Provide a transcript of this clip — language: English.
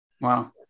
Wow